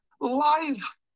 life